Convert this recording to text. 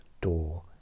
door